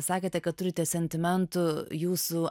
sakėte kad turite sentimentų jūsų